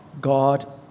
God